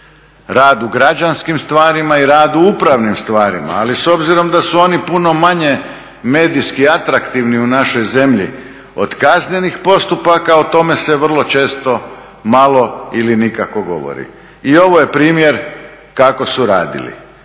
rad u građanskim stvarima i rad u upravnim stvarima. Ali s obzirom da su oni puno manje medijski atraktivni u našoj zemlji od kaznenih postupaka, o tome se vrlo često malo ili nikako govori. I ovo je primjer kako su radili,